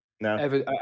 No